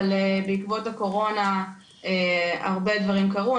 אבל בעקבות הקורונה הרבה דברים קרו.